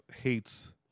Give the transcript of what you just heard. hates